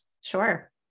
Sure